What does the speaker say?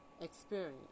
experience